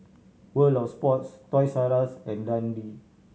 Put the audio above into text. World Of Sports Toys R Us and Dundee